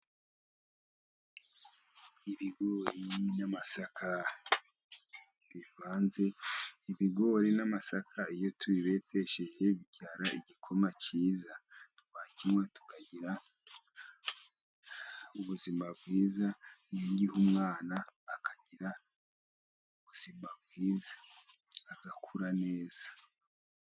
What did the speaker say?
Ibigori n'amasaka bivanze, ibigori n'amasaka iyo tubi betesheje bibyara igikoma cyiza, twakinywa tukagira ubuzima bwiza. N'ugiha umwana akagira ubuzima bwiza agakura neza.